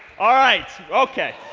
all right, ok.